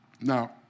Now